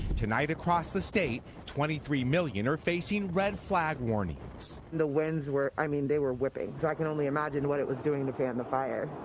tonight across the state, twenty three million are facing red flag warnings. the winds were, i mean, they were whipping. i can only imagine what it was doing with and the fire.